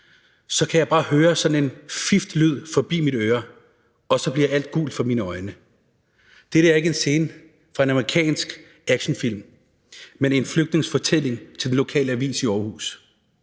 Så kan jeg bare høre noget, der hvisler forbi mit øre, og så bliver alt gult for mine øjne. Dette er ikke en scene fra en amerikansk actionfilm, men en flygtnings fortælling til den lokale avis i Aarhus.